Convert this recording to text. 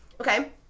okay